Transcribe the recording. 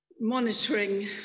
monitoring